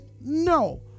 no